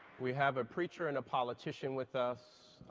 we have a preacher and a politician with us.